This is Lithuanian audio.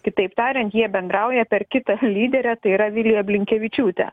kitaip tariant jie bendrauja per kitą lyderę tai yra viliją blinkevičiūtę